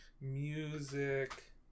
music